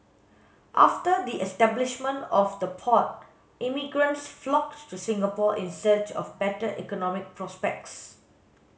after the establishment of the port immigrants flocked to Singapore in search of better economic prospects